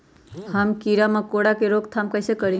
हम किरा मकोरा के रोक थाम कईसे करी?